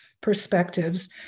perspectives